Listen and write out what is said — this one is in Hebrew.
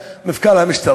למה אנחנו מתכנסים באופן הזה?